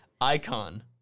Icon